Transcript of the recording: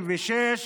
1956,